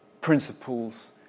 principles